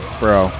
bro